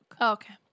Okay